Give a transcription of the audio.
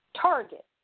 target